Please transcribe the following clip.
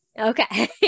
okay